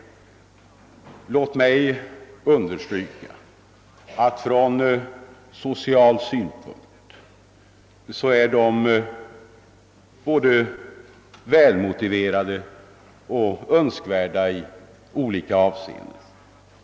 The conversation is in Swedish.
Låt mig understryka att de från social synpunkt är både välmotiverade och önskvärda i olika avseenden.